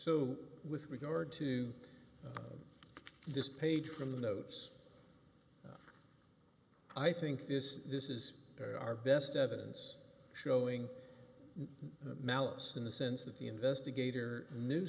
so with regard to this page from the notes i think this this is our best evidence showing malice in the sense that the investigator knew